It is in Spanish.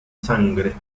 sangre